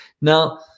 Now